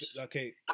okay